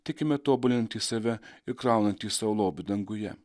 tikime tobulinantys save ir kraunantys sau lobį danguje